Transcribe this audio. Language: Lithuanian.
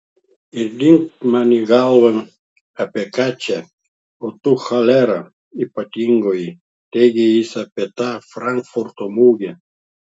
ir dingt man į galvą apie ką čia o tu cholera ypatingoji taigi jis apie tą frankfurto mugę